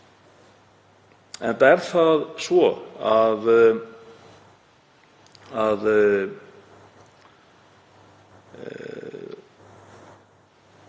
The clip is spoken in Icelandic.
enda er það svo að